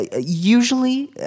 usually